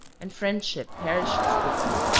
and friendship perishes with them.